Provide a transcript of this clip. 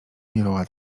miewała